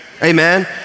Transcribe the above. Amen